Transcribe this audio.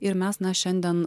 ir mes na šiandien